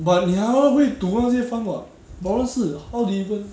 but 你还要会读那些 fund [what] problem 是 how they even